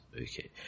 Okay